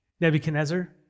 Nebuchadnezzar